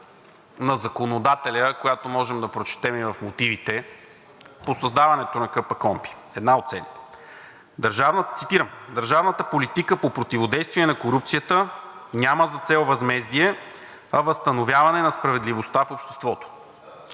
на законодателя, която можем да прочетем и в мотивите по създаването на КПКОНПИ. Една от целите, цитирам: „Държавната политика по противодействие на корупцията няма за цел възмездие, а възстановяване на справедливостта в обществото.“